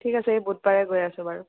ঠিক আছে এই বুধ বাৰে গৈ আছোঁ বাৰু